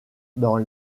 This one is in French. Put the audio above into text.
dans